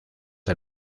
del